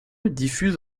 diffuse